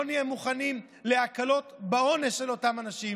לא נהיה מוכנים להקלות בעונש של אותם אנשים,